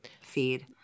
feed